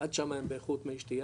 עד שמה הם באיכות מי שתייה,